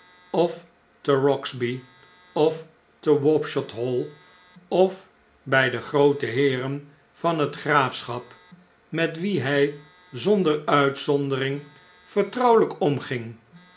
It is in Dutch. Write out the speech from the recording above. of te roxby of te wapshot hall of bij de groote heeren van het graafschap met wie hij zonder uitzondering vertrouwelijk omging